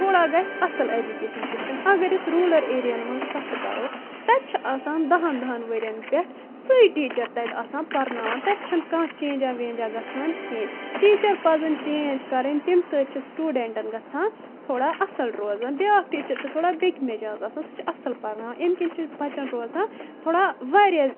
تھوڑا گژھِ اصل ایجوکشن سشٹم اگر اسۍ رورَل ایریاہَن منز کتھٕ کرو تتہِ چھ آسان دہن دہن ؤرۍین پیٹھ سُے ٹیچر تتۍ آسان پرناوان تتہِ چھنہ کانٛہہ چینجا وینجا گژھان کیٚنٛہہ ٹیچر پزن چینج کرنۍ تمہِ سۭتۍ چھ سٹوڈنٹن گژھان تھوڑا اصل روزان بیاکھ ٹیچر چھ تھوڑا بیٚکہِ مجاز آسان سُہ چھ اصل پرناوان امہِ کنۍ چھ بچن روزان تھوڑا واریاہ